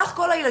סך כל הילדים,